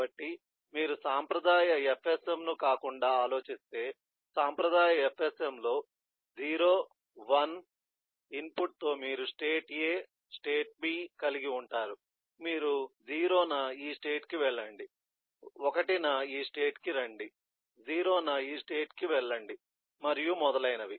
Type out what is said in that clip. కాబట్టి మీరు సాంప్రదాయ FSM ను కాకుండా ఆలోచిస్తే సాంప్రదాయ FSM లో 0 1 ఇన్పుట్తో మీరు స్టేట్ ఎ స్టేట్ బి కలిగి ఉంటారు మీరు 0 న ఈ స్టేట్ కి వెళ్లండి 1 న ఈ స్టేట్ కి రండి 0 న ఈ స్టేట్ కి వెళ్లండి మరియు మొదలైనవి